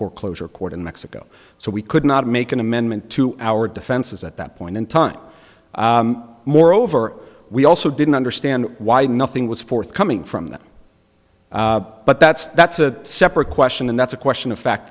foreclosure court in mexico so we could not make an amendment to our defenses at that point in time moreover we also didn't understand why nothing was forthcoming from them but that's that's a separate question and that's a question of fact